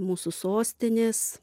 mūsų sostinės